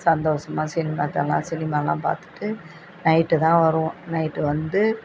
சந்தோஷமா சினிமா இதெல்லாம் சினிமாவெல்லாம் பார்த்துட்டு நைட்டு தான் வருவோம் நைட்டு வந்து